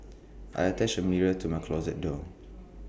I attached A mirror to my closet door